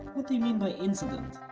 what do you mean by incident?